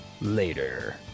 later